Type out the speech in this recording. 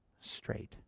straight